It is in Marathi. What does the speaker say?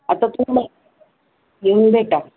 आता तुम्ही मला येऊन भेटा